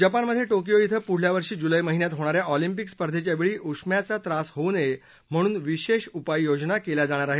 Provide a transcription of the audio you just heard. जपानमध्ये टोकियो धिं पुढल्या वर्षी जुलै महिन्यात होणाऱ्या ऑलिंपिक स्पर्धेच्या वेळी उष्ण्याचा त्रास होऊ नये म्हणून विशेष उपाययोजना केल्या जाणार आहेत